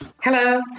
Hello